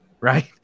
right